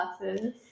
classes